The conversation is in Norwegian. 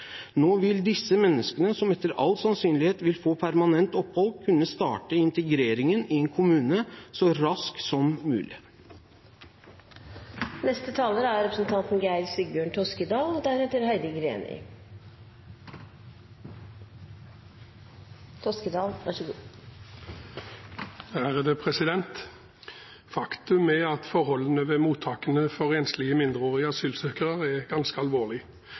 Nå vil disse menneskene, som etter all sannsynlighet vil få permanent opphold, kunne starte integreringen i en kommune så raskt som mulig. Faktum er at forholdene ved mottakene for enslige mindreårige asylsøkere er ganske